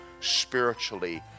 spiritually